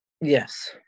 yes